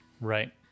right